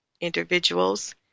individuals